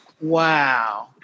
wow